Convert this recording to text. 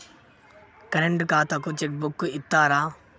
Current ఖాతాకు cheque book ఇత్తరా?